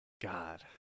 God